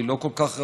היא לא כל כך רחוקה.